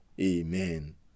Amen